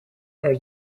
are